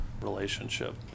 relationship